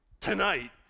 tonight